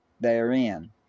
therein